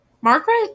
Margaret